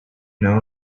know